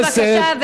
בבקשה,